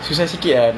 like work